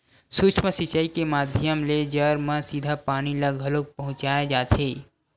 सूक्ष्म सिचई के माधियम ले जर म सीधा पानी ल घलोक पहुँचाय जाथे